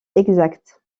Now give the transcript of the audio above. exacte